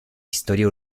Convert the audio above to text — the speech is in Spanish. historia